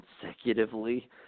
consecutively